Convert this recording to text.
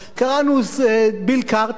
קראנו ביל קרטר,